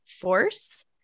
force